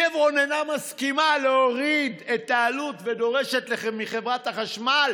שברון אינה מסכימה להוריד את העלות ודורשת מחברת החשמל